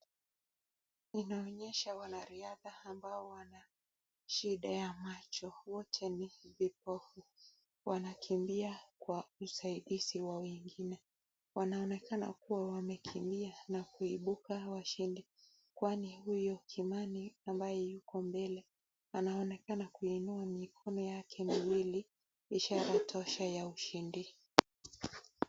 Inaonyesha wanariadha ambao wana shida ya macho, wote ni vipofu. Wanakimbia kwa usaidizi wa wengine. Wanaonekana kuwa wamekimbia na kuibuka washindi, kwani huyu Kimani ambaye yuko mbele anaonekana kuinua mikono yake miwili, ishara tosha ya ushindi.